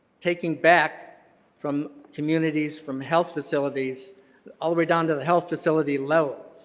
taking back from communities, from health facilities all the way down to the health facility level,